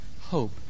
hope